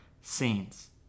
scenes